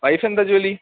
വൈഫിന് എന്താണ് ജോലി